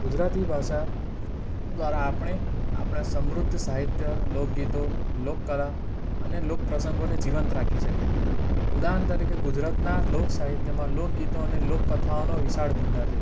ગુજરાતી ભાષા દ્વારા આપણે આપણા સમૃદ્ધ સાહિત્ય લોકગીતો લોકકળા અને લોકપ્રસંગોને જીવંત રાખી શકે છે ઉદાહરણ તરીકે ગુજરાતના લોક સાહિત્યમાં લોકગીતો અને લોકકથાઓનો વિશાળ ભંડાર છે